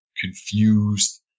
confused